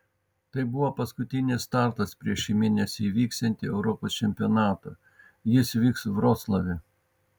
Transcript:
tai buvo paskutinis startas prieš šį mėnesį įvyksiantį europos čempionatą jis vyks vroclave